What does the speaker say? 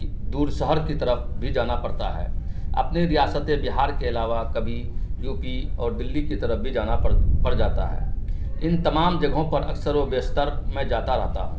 دور شہر کی طرف بھی جانا پڑتا ہے اپنی ریاست بہار کے علاوہ کبھی یو پی اور دلی کی طرف بھی جانا پڑ جاتا ہے ان تمام جگہوں پر اکثر و بیشتر میں جاتا رہتا ہوں